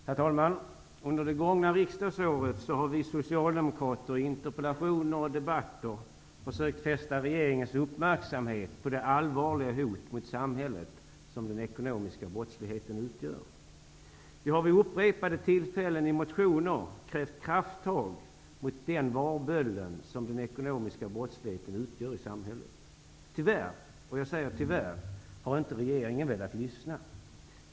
Herr talman! Under det gångna riksdagsåret har vi socialdemokrater i interpellationer och debatter försökt fästa regeringens uppmärksamhet på det allvarliga hot mot samhället som den ekonomiska brottsligheten utgör. Vi har vid upprepade tillfällen i motioner krävt krafttag mot den varböld som den ekonomiska brottsligheten utgör i samhället. Tyvärr -- jag säger tyvärr -- har inte regeringen velat lyssna.